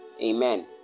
Amen